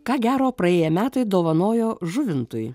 ką gero praėję metai dovanojo žuvintui